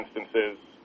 instances